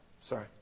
Sorry